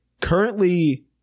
currently